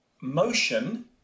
motion